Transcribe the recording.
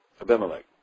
Abimelech